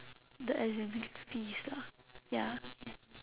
the assembly fees lah ya